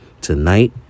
tonight